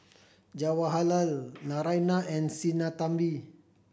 Jawaharlal Naraina and Sinnathamby